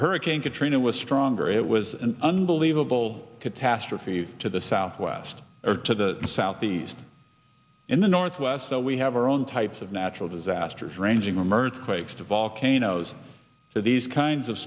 hurricane katrina was stronger it was an unbelievable catastrophe to the southwest to the southeast in the northwest so we have our own types of natural disasters ranging from earthquakes volcanoes to these kinds of